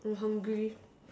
I'm hungry